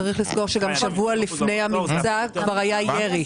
צריך לזכור ששבוע לפני המבצע גם היה ירי.